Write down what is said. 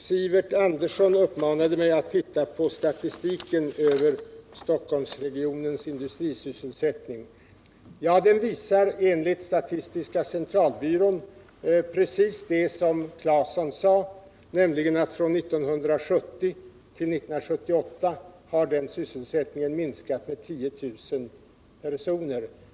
Sivert Andersson uppmanade mig att se på statistiken över Stockholmsregionens industrisysselsättning. Ja, den visar enligt statistiska centralbyrån precis det som Tore Claeson redovisade, nämligen att från 1970 till 1978 har denna sysselsättning minskat med 10 000 personer.